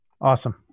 Awesome